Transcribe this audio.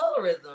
colorism